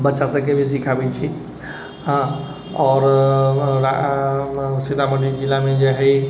बच्चासबके भी सिखाबै छी हँ आओर सीतामढ़ी जिलामे जे हइ